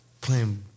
playing